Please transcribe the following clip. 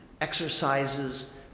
exercises